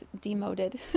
demoted